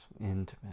intimate